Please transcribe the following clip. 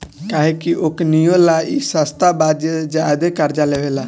काहे कि ओकनीये ला ई सस्ता बा जे ज्यादे कर्जा लेवेला